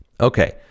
okay